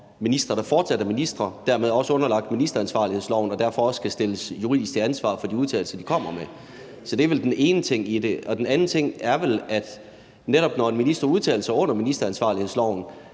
der fortsat er ministre, og som dermed også er underlagt ministeransvarlighedsloven og derfor også skal stilles juridisk til ansvar for de udtalelser, de kommer med. Så det er vel den ene ting i det. Den anden ting er vel, at netop når en minister udtaler sig under ministeransvarlighedsloven,